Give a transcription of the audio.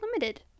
limited